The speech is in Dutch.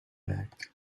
werkt